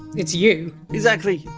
it's you exactly!